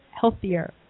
healthier